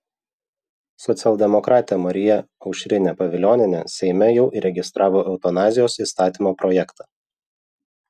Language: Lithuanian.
socialdemokratė marija aušrinė pavilionienė seime jau įregistravo eutanazijos įstatymo projektą